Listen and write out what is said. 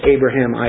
Abraham